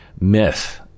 myth